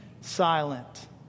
silent